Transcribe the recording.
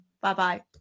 Bye-bye